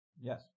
yes